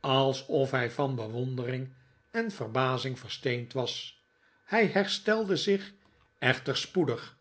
alsof hij van bewondering en verbazing versteend was hij herstelde zich tom pinch brengt belangrijk nieuws echter spoedig